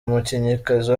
umukinnyikazi